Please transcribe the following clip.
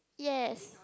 yes